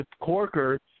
Corker